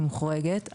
היא מוחרגת.